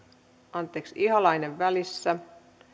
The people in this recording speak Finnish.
anteeksi ihalainen välissä